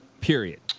period